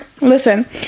listen